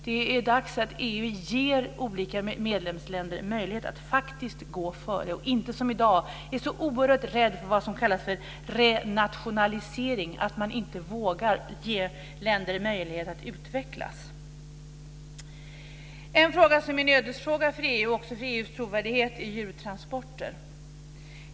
Det är dags för EU att ge olika medlemsländer möjlighet att faktiskt gå före och att man inte som i dag är så oerhört rädd för vad som kallas renationalisering, att man inte vågar ge länder möjlighet att utvecklas. En fråga som är en ödesfråga för EU och EU:s trovärdighet är frågan om djurtransporter.